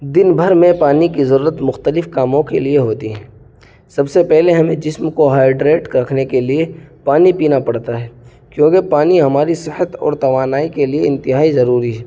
دن بھر میں پانی کی ضرورت مختلف کاموں کے لیے ہوتی ہے سب سے پہلے ہمیں جسم کو ہائیڈریٹ رکھنے کے لیے پانی پینا پڑتا ہے کیونکہ پانی ہماری صحت اور توانائی کے لیے انتہائی ضروری ہے